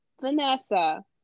Vanessa